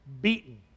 beaten